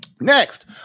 Next